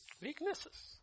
weaknesses